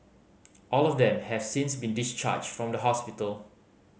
all of them has since been discharged from the hospital